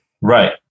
Right